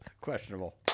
questionable